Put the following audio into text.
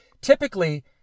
typically